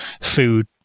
food